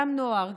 גם נוער,